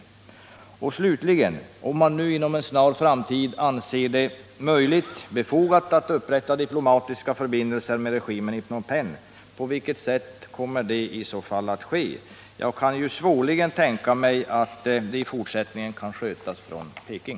Till sist: Om man inom en snar framtid anser det befogat att upprätta diplomatiska förbindelser med regimen i Phnom Penh, på vilket sätt kommer det att ske? Jag kan svårligen tänka mig att det i fortsättningen kan skötas från Peking.